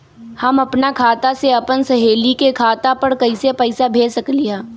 हम अपना खाता से अपन सहेली के खाता पर कइसे पैसा भेज सकली ह?